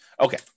Okay